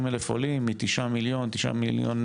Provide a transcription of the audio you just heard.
מי השר המגיש?